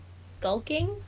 skulking